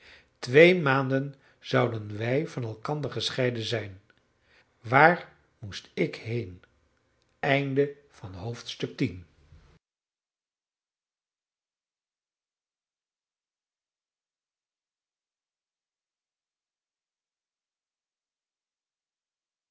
twee maanden zouden wij van elkander gescheiden zijn waar moest ik heen